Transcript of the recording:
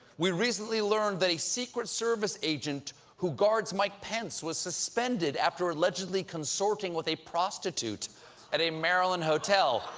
we recently learned that a secret service agent who guards mike pence was suspended after allegedly consorting with a prostitute at a maryland hotel.